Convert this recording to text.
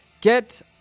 get